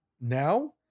Now